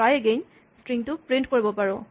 try again" string টো print কৰিব পাৰোঁ